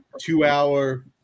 two-hour